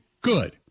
Good